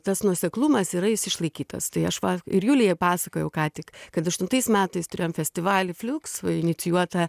tas nuoseklumas yra is išlaikytas tai aš va ir julijai pasakojau ką tik kad aštuntais metais turėjom festivalį fliuks inicijuotą